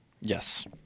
Yes